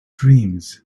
dreams